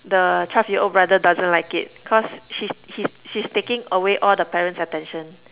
the twelve year old brother doesn't like it cause she's she's she's taking away all the parents' attention